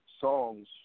songs